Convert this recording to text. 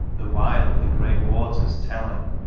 the while of the great waters telling,